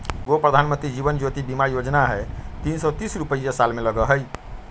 गो प्रधानमंत्री जीवन ज्योति बीमा योजना है तीन सौ तीस रुपए साल में लगहई?